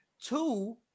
two